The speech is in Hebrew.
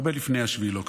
הרבה לפני 7 באוקטובר,